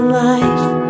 life